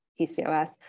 PCOS